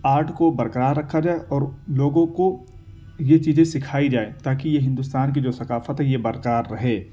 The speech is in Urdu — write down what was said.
آرٹ کو برقرار رکھا جائے اور لوگوں کو یہ چیزیں سکھائی جائے تاکہ یہ ہندوستان کی جو ثقافت ہے یہ برقرار رہے